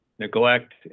neglect